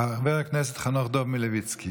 חבר הכנסת חנוך דב מלביצקי,